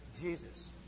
Jesus